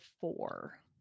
four